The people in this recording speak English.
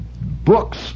books